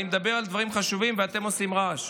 אני מדבר על דברים חשובים ואתם עושים רעש.